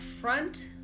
front